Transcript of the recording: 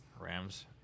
Rams